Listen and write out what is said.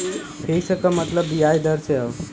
fix क मतलब बियाज दर से हौ